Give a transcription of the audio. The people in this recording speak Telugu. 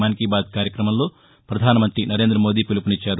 మన్ కీ బాత్ కార్యక్రమంలో పధానమంతి నరేందమోదీ పిలుపునిచ్చారు